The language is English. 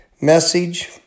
message